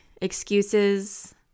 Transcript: excuses